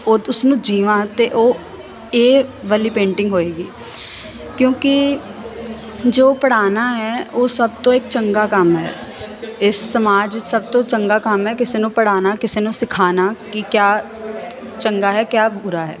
ਉਹ ਉਸ ਨੂੰ ਜੀਵਾਂ ਅਤੇ ਉਹ ਇਹ ਵਾਲੀ ਪੇਂਟਿੰਗ ਹੋਏਗੀ ਕਿਉਂਕਿ ਜੋ ਪੜ੍ਹਾਉਣਾ ਹੈ ਉਹ ਸਭ ਤੋਂ ਇੱਕ ਚੰਗਾ ਕੰਮ ਹੈ ਇਸ ਸਮਾਜ ਵਿੱਚ ਸਭ ਤੋਂ ਚੰਗਾ ਕੰਮ ਹੈ ਕਿਸੇ ਨੂੰ ਪੜ੍ਹਾਉਣਾ ਕਿਸੇ ਨੂੰ ਸਿਖਾਉਣਾ ਕਿ ਕਿਆ ਚੰਗਾ ਹੈ ਕਿਆ ਬੁਰਾ ਹੈ